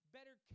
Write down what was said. Better